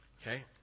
Okay